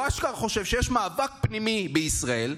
הוא אשכרה חושב שיש מאבק פנימי בישראל,